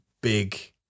big